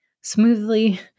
smoothly